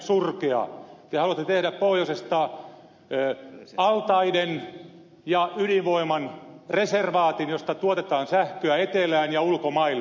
te haluatte tehdä pohjoisesta altaiden ja ydinvoiman reservaatin josta tuotetaan sähköä etelään ja ulkomaille